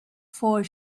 for